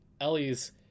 Ellie's